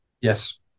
Yes